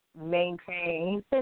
maintain